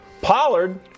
Pollard